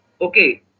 Okay